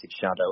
shadow